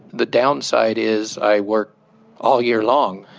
the downside is i work all year long,